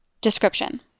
Description